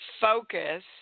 focus